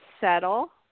settle